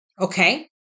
okay